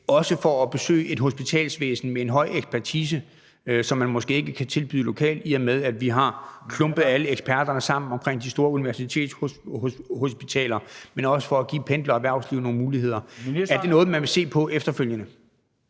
også for at besøge et hospitalsvæsen med en høj ekspertise, som man måske ikke kan tilbyde lokalt, i og med at vi har klumpet alle eksperterne sammen omkring de store universitetshospitaler, men også for at give pendlere og erhvervslivet nogle muligheder? Er det noget, man vil se på efterfølgende?